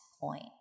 point